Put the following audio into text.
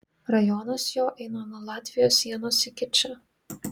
rajonas jo eina nuo latvijos sienos iki čia